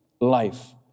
life